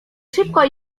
szybko